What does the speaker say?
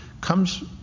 comes